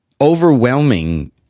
overwhelming